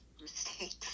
mistakes